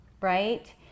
right